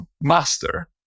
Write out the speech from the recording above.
master